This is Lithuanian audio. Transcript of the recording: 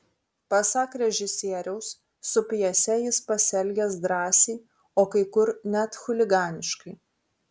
pasak režisieriaus su pjese jis pasielgęs drąsiai o kai kur net chuliganiškai